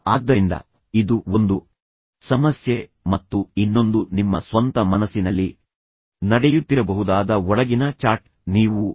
ಆದ್ದರಿಂದ ಇದು ಒಂದು ಸಮಸ್ಯೆ ಮತ್ತು ಇನ್ನೊಂದು ನಿಮ್ಮ ಸ್ವಂತ ಮನಸ್ಸಿನಲ್ಲಿ ನಡೆಯುತ್ತಿರಬಹುದಾದ ಒಳಗಿನ ಚಾಟ್ ನೀವು ಅದನ್ನು ದೃಶ್ಯೀಕರಿಸುತ್ತಿರಬಹುದು ಯಾರೊಂದಿಗಾದರೂ ಒಂದು ರೀತಿಯ ಮಾತಿನ ಚರ್ಚೆಯು ನಿಮ್ಮ ಹಗಲು ಕನಸಿಗೆ ಸಮಾನವಾಗಿರುತ್ತದೆ